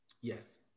yes